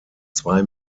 zwei